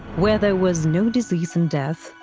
where there was no disease and death,